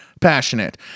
passionate